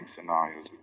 scenarios